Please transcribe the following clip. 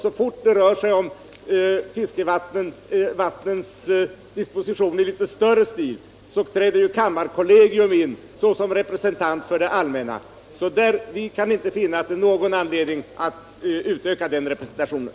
Så fort det rör sig om fiskevattensdiskussion i litet större stil träder kammarkollegium in som representant för det allmänna. Vi kan inte finna att det finns någon anledning att utöka den representationen.